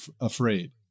afraid